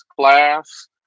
class